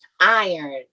iron